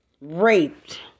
raped